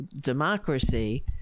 democracy